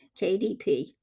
kdp